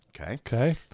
Okay